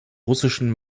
russischen